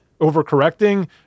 overcorrecting